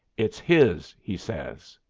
it's his, he says.